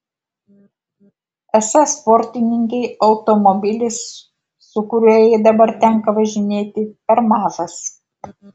esą sportininkei automobilis su kuriuo jai dabar tenka važinėti per mažas